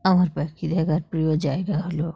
আমার পাখি দেখার প্রিয় জায়গা হলো